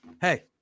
hey